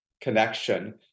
connection